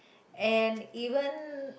and even